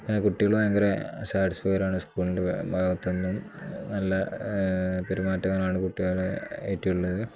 അങ്ങനെ കുട്ടികൾ ഭയങ്കര സാറ്റിസ്ഫൈറ് ആണ് സ്കൂളിൻ്റെ ഭാഗത്ത് നിന്നും നല്ല പെരുമാറ്റമാകാനാണ് കുട്ടികളെ ഏറ്റിയുള്ളത്